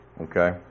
okay